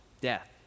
death